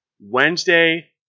Wednesday